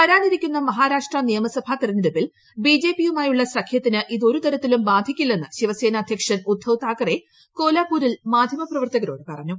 വരാനിരിക്കുന്ന മഹാരാഷ്ട്ര നിയമസഭാ തെരഞ്ഞെടുപ്പിൽ ബി ജെ പി യുമായുള്ള സഖ്യത്തിനെ ഇത് ഒരു തരത്തിലും ബാധിക്കില്ലെന്ന് ശിവസേന അധ്യക്ഷൻ ഉദ്ധവ് താക്കറെ കോലാപൂരിൽ മാധ്യമപ്രവർത്തകരോട് പറഞ്ഞു